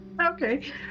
Okay